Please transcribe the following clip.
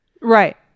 right